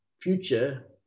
future